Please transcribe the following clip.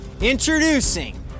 Introducing